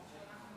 התשפ"ד 2024,